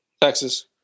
Texas